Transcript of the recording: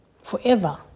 forever